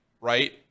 right